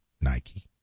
Nike